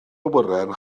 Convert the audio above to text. awyren